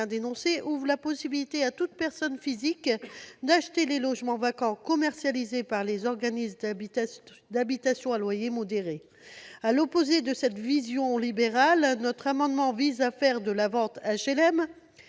alinéas ouvrent la possibilité à toute personne physique d'acheter les logements vacants commercialisés par les organismes d'habitations à loyer modéré. À l'opposé de cette vision libérale, notre amendement vise à faire de la vente HLM